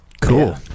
Cool